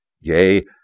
yea